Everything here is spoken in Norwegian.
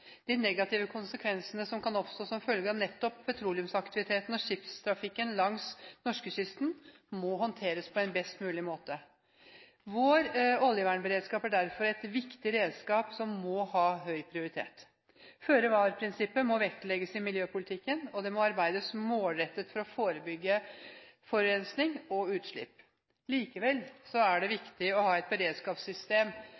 De negative konsekvenser som kan oppstå som følge av nettopp petroleumsaktiviteten og skipstrafikken langs norskekysten, må håndteres på best mulig måte. Vår oljevernberedskap er derfor et viktig redskap som må ha høy prioritet. Føre-var-prinsippet må vektlegges i miljøpolitikken. Det må arbeides målrettet for å forebygge forurensing og utslipp. Likevel er det